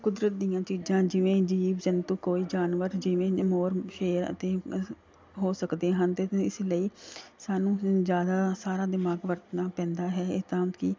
ਕੁਦਰਤ ਦੀਆਂ ਚੀਜ਼ਾਂ ਜਿਵੇਂ ਜੀਵ ਜੰਤੂ ਕੋਈ ਜਾਨਵਰ ਜਿਵੇਂ ਮੋਰ ਸ਼ੇਰ ਅਤੇ ਹੋ ਸਕਦੇ ਹਨ ਅਤੇ ਇਸ ਲਈ ਸਾਨੂੰ ਜ਼ਿਆਦਾ ਸਾਰਾ ਦਿਮਾਗ ਵਰਤਣਾ ਪੈਂਦਾ ਹੈ ਇਹ ਤਾਂ ਕਿ